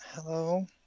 hello